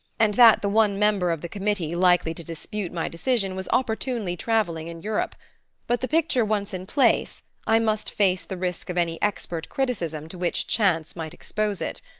and that the one member of the committee likely to dispute my decision was opportunely travelling in europe but the picture once in place i must face the risk of any expert criticism to which chance might expose it.